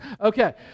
Okay